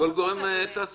לכל גורם תעסוקה.